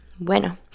Bueno